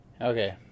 Okay